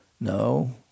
No